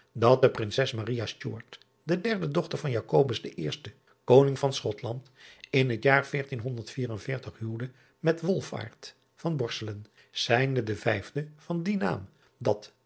dat de rinses de derde dochter van oning van chotland in t jaar huwde met zijnde de vijfde van dien naam dat